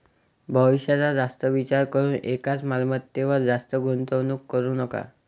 भविष्याचा जास्त विचार करून एकाच मालमत्तेवर जास्त गुंतवणूक करू नका